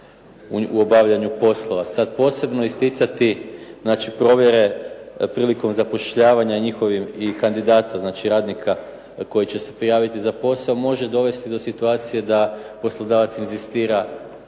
u obavljanju poslova. Sad posebno isticati znači provjere prilikom zapošljavanja njihovim i kandidatom, znači radnika koji će se prijaviti za posao, može dovesti do situacije da poslodavac inzistira da to